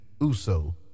Uso